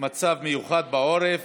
מצב מיוחד בעורף